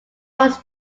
was